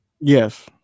Yes